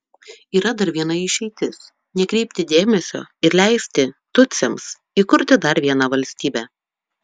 yra dar viena išeitis nekreipti dėmesio ir leisti tutsiams įkurti dar vieną valstybę